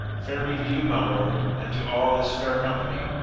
fair be to you, my lord, and to all this fair company!